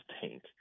tank